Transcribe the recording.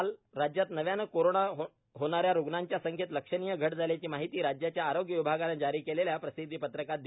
काल राज्यात नव्याने कोरोना होणाऱ्या रूग्णांच्या संख्येत लक्षणीय घट झाल्याची माहिती राज्याच्या आरोग्य विभागानं जारी केलेल्या प्रसिद्धी पत्रकात दिली आहे